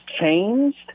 changed